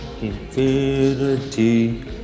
Infinity